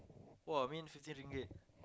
!wah! I mean fifty Ringgit